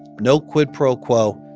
no quid pro quo,